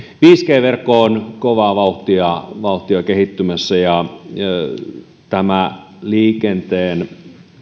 viisi g verkko on kovaa vauhtia vauhtia kehittymässä ja liikenteen